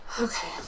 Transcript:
Okay